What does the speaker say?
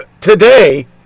today